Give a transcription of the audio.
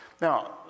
Now